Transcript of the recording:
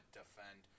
defend